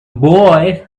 boy